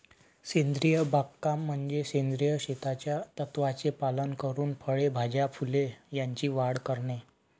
सेंद्रिय बागकाम म्हणजे सेंद्रिय शेतीच्या तत्त्वांचे पालन करून फळे, भाज्या, फुले यांची वाढ करणे